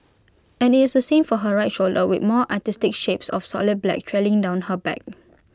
and IT is the same for her right shoulder with more artistic shapes of solid black trailing down her back